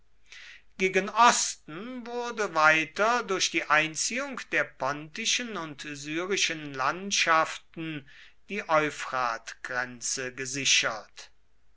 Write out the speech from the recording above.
gegen osten wurde weiter durch die einziehung der pontischen und syrischen landschaften die euphratgrenze gesichert